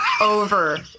over